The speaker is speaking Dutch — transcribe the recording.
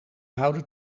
houden